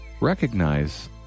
recognize